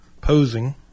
Posing